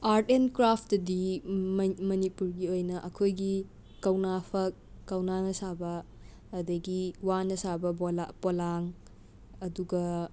art and ꯀ꯭ꯔꯥꯐꯇꯗꯤ ꯃꯅꯤꯄꯨꯔꯒꯤ ꯑꯣꯏꯅ ꯑꯩꯈꯣꯏꯒꯤ ꯀꯧꯅꯥ ꯐꯛ ꯀꯧꯅꯥꯅ ꯁꯥꯕ ꯑꯗꯒꯤ ꯋꯥꯅ ꯁꯥꯕ ꯄꯣꯂꯥꯡ ꯑꯗꯨꯒ ꯀꯩꯅꯣ